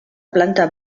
planta